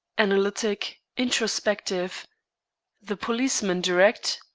analytic, introspective the policeman direct,